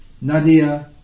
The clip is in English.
Nadia